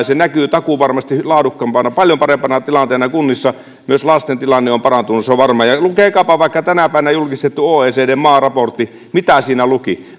se näkyy takuuvarmasti laadukkaampana paljon parempana tilanteena myös lasten tilanne on parantunut se on varma lukekaapa vaikka tänä päivänä julkistettu oecdn maaraportti mitä siinä luki